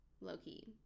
low-key